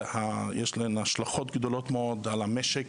יש השלכות גדולות מאוד על המשק,